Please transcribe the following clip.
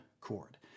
chord